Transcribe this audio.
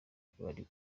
bari